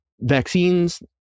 Vaccines